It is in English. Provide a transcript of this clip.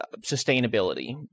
sustainability